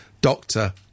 doctor